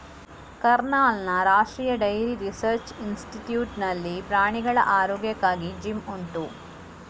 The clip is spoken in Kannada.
ಕರ್ನಾಲ್ನ ರಾಷ್ಟ್ರೀಯ ಡೈರಿ ರಿಸರ್ಚ್ ಇನ್ಸ್ಟಿಟ್ಯೂಟ್ ನಲ್ಲಿ ಪ್ರಾಣಿಗಳ ಆರೋಗ್ಯಕ್ಕಾಗಿ ಜಿಮ್ ಉಂಟು